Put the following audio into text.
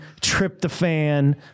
tryptophan